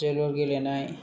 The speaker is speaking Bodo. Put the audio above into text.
जोलुर गेलेनाय